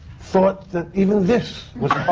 thought that even this was